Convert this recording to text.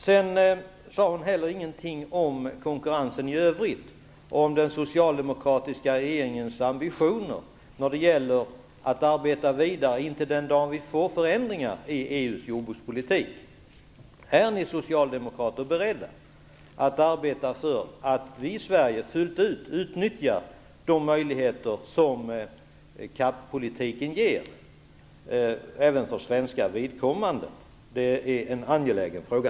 Vidare sade jordbruksministern ingenting om konkurrensen i övrigt och om den socialdemokratiska regeringens ambitioner när det gäller att arbeta vidare för förändringar i EU:s jordbrukspolitik. Är ni socialdemokrater beredda att arbeta för att vi i Sverige fullt ut skall utnyttja de möjligheter som CAP-politiken ger även för svenskt vidkommande? Det är en angelägen fråga.